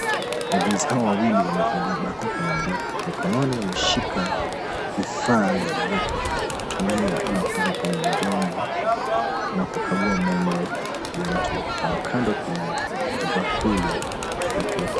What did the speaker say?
Wauguzi hawa wawili wamevalia bako kwenye midomo. Mikononi wameshika vifaa vya kutumia ama kuweka kwenye mdomo na kukagua meno ya mtu. Kandokando kuna vibakuli vya kuwekea...